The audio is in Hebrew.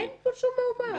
אין פה שום מהומה.